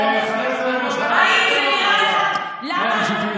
את אומרת שאנחנו,